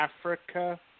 Africa